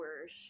hours